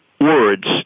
words